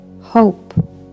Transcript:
hope